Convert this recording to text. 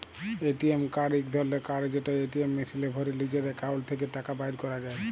ATM card ইক ধরলের card যেট এটিএম মেশিলে ভ্যরে লিজের একাউল্ট থ্যাকে টাকা বাইর ক্যরা যায়